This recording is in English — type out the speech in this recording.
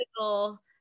little